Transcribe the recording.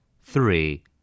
Three